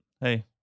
hey